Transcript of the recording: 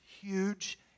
huge